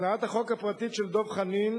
הצעת החוק הפרטית של דב חנין